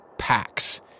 Packs